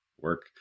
work